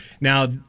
Now